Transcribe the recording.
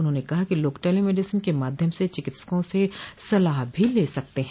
उन्होंने कहा कि लोग टेली मेडिसन के माध्यम से चिकित्सकों से सलाह भी ले सकते हैं